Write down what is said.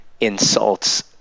insults